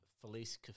Felice